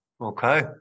Okay